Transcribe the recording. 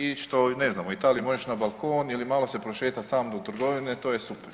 I što, ne znam u Italiji možeš na balkon ili malo se prošetat samo do trgovine i to je super.